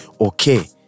Okay